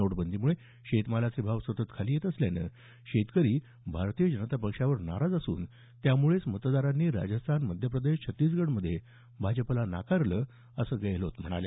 नोटबंदीमुळे शेतमालाचे भाव सतत खाली येत असल्यानं शेतकरी भारतीय जनता पक्षावर नाराज असून त्यामुळे मतदारांनी राजस्थान मध्य प्रदेश छत्तीसगड राज्यांमध्ये भाजपाला नाकारलं असं ते म्हणाले